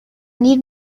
need